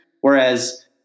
Whereas